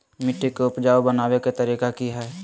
मिट्टी के उपजाऊ बनबे के तरिका की हेय?